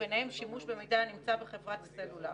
וביניהם שימוש במידע הנמצא בחברות סלולר".